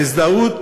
ההזדהות